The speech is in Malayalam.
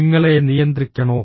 നിങ്ങളെ നിയന്ത്രിക്കണോ